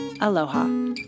aloha